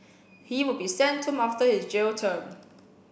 he will be sent home after his jail term